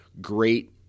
great